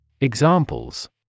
Examples